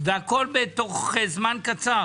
והכל בתוך זמן קצר